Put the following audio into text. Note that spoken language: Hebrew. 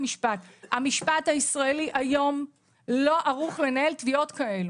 המשפט הישראלי היום לא ערוך לנהל תביעות כאלו.